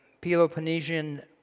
Peloponnesian